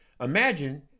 Imagine